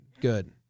Good